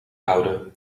houden